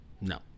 No